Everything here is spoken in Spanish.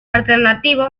alternativo